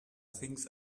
things